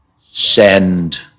send